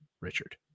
Richard